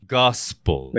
gospel